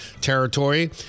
territory